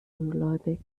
ungläubig